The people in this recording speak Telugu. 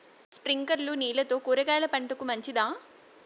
స్ప్రింక్లర్లు నీళ్లతో కూరగాయల పంటకు మంచిదా?